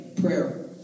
prayer